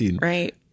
right